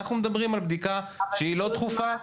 אנחנו מדברים על בדיקה שהיא לא דחופה.